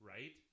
Right